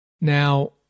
now